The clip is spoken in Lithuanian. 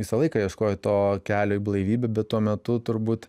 visą laiką ieškojo to kelio į blaivybę bet tuo metu turbūt